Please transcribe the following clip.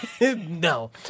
No